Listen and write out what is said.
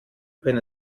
wenn